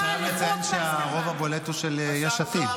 אני חייב לציין שהרוב הבולט הוא של יש עתיד.